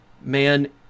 man